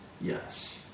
Yes